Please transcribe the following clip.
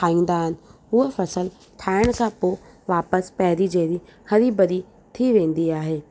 ठाहींदा आहिनि हूअ फसल ठाहिण सां पोइ वापसि पहिरीं जहिड़ी हरी भरी थी वेंदी आहे